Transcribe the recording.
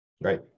Right